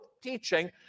teaching